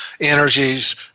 energies